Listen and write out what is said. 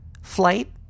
flight